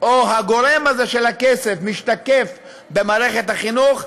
או הגורם הזה של הכסף, משתקף במערכת החינוך,